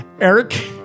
eric